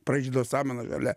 pražydo samana žalia